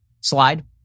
slide